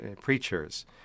preachers